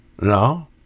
No